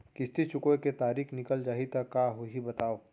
किस्ती चुकोय के तारीक निकल जाही त का होही बताव?